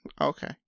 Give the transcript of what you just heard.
Okay